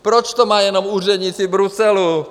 Proč to mají jenom úředníci v Bruselu?